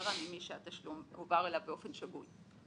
חזרה ממי שהתשלום הועבר אליו באופן שגוי.